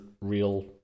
real